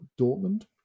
Dortmund